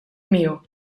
meal